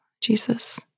Jesus